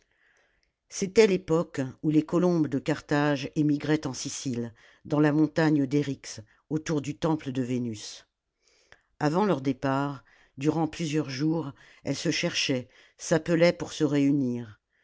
c'était l'époque où les colombes de carthage émigraient en sicile dans la montagne d'erjx autour du temple de vénus avant leur départ durant plusieurs jours elles se cherchaient s'appelaient pour se réunir